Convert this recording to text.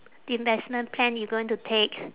investment plan you going to take